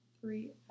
three